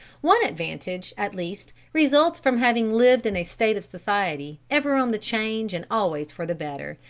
one advantage at least results from having lived in a state of society ever on the change and always for the better,